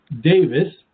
davis